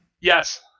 Yes